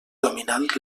dominant